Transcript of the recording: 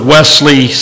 Wesley